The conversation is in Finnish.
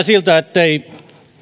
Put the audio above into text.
siltä ettei